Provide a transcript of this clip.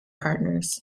partners